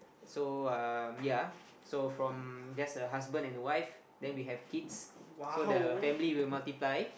so um ya so from just a husband and wife then we have kids so the family will multiply